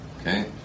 Okay